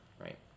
right